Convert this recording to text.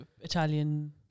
Italian